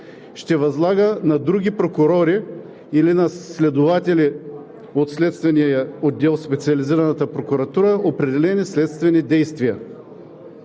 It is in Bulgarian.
ще възлага на други прокурори или на следователи от Следствения отдел на Специализираната прокуратура определени следствени действия.